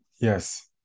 yes